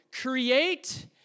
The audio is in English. Create